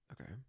Okay